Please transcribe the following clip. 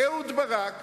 אהוד ברק,